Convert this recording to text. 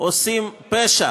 עושים פשע